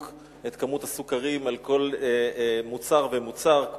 מה כמות הסוכרים על כל מוצר ומוצר,